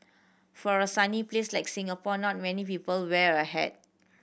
for a sunny place like Singapore not many people wear a hat